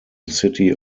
city